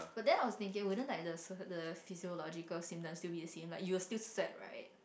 but then I was thinking wouldn't like the the physiological symptoms still be the same like you will still sweat right